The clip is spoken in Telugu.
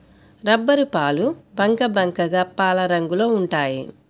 రబ్బరుపాలు బంకబంకగా పాలరంగులో ఉంటాయి